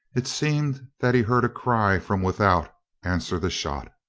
it seemed that he heard a cry from without answer the shot.